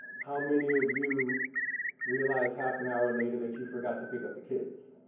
how many of you realized half an hour later that you forgot to pick up the kids?